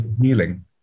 healing